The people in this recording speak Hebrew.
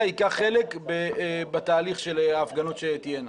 ייקח חלק בתהליך של ההפגנות שתהיינה?